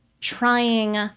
trying